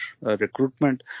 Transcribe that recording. recruitment